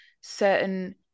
certain